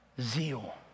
Zeal